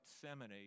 Gethsemane